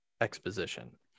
exposition